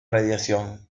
radiación